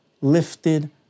lifted